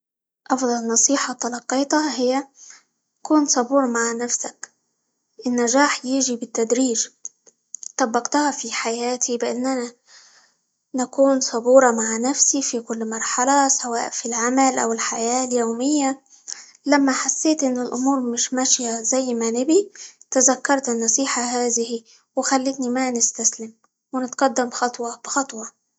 أفضل نصيحة تلقيتها هي كن صبور مع نفسك، النجاح ييجي بالتدريج، طبقتها في حياتي بإن أنا نكون صبورة مع نفسي في كل مرحلة سواء في العمل، أو الحياة اليومية، لما حسيت إنه الأمور مش ماشية زي ما نبي، تذكرت النصيحة هذه، وخلتني ما نستسلم، ونتقدم خطوة بخطوة.